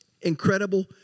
incredible